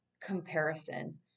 comparison